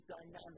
dynamic